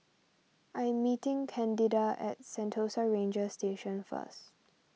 I am meeting Candida at Sentosa Ranger Station first